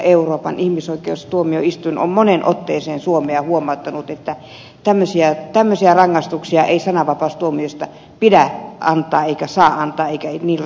euroopan ihmisoikeustuomioistuin on moneen otteeseen suomea huomauttanut että tämmöisiä rangaistuksia ei sananvapaustuomioista pidä antaa eikä saa antaa eikä niillä saa uhkailla